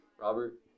Robert